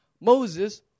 Moses